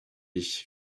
ich